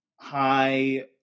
high